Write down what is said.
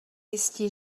jisti